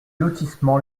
lotissement